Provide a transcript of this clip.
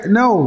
no